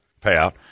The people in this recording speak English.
payout